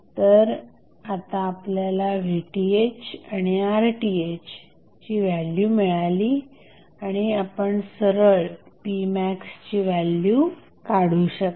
तर आता आपल्याला Rth आणि Vth व्हॅल्यू मिळाली आणि आपण सरळ p max ची व्हॅल्यू काढू शकता